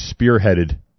spearheaded